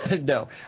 no